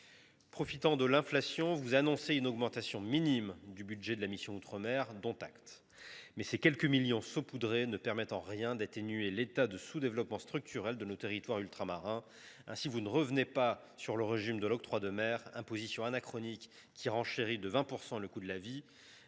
Profitant de l’inflation, le Gouvernement annonce une augmentation minime du budget de la mission « Outre mer »: dont acte. Mais ces quelques millions d’euros saupoudrés ne permettront en rien d’atténuer le sous développement structurel de nos territoires ultramarins. Ainsi, monsieur le ministre, vous ne revenez pas sur le régime de l’octroi de mer, imposition anachronique qui renchérit de 20 % le coût de la vie.